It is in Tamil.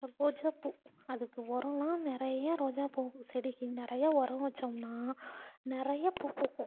அப்பறம் ரோஜாப்பூ அதுக்கு உரம்லாம் நிறைய ரோஜாப் பூ செடிக்கு நிறைய உரோம் வச்சோம்னால் நிறைய பூ பூக்கும்